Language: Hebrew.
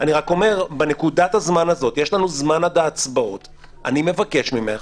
אבל בנקודת הזמן הזאת אני מבקש ממך